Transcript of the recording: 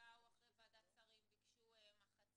באו אחרי ועדת שרים וביקשו מחצית.